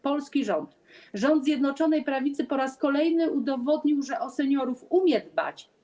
Polski rząd, rząd Zjednoczonej Prawicy po raz kolejny udowodnił, że o seniorów umie dbać.